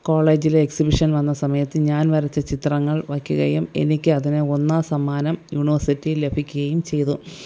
കോളേജിലെ എക്സിബിഷൻ വന്ന സമയത്ത് ഞാൻ വരച്ച ചിത്രങ്ങൾ വയ്ക്കുകയും എനിക്ക് അതിന് ഒന്നാം സമ്മാനം യൂണിവേഴ്സിറ്റിയിൽ ലഭിക്കുകയും ചെയ്തു